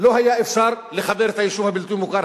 לא היה אפשר לחבר את היישוב הבלתי מוכר,